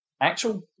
actual